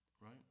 Right